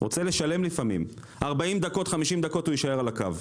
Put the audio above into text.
רוצה לשלם לפעמים, 40-50 דקות הוא יישאר על הקו.